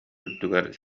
үрдүгэр